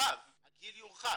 הגיל יורחב.